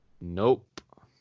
Nope